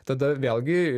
tada vėlgi